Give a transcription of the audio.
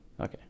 Okay